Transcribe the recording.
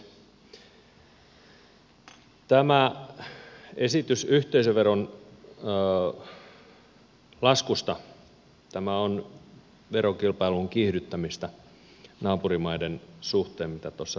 tämä esitys yhteisöveron laskusta on verokilpailun kiihdyttämistä naapurimaiden suhteen mitä tuossa debatissakin jo sanoin